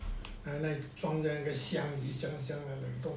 然后装在那个箱一箱箱冷冻